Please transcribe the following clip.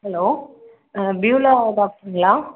hello Beulah டாக்டருங்களா